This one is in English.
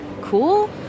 cool